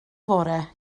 fore